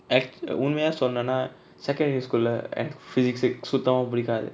ac~ உண்மயா சொன்னனா:unmaya sonnana secondary school lah எனக்கு:enaku physics uh சுத்தமா புடிக்காது:suthama pudikathu